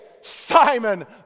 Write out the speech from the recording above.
Simon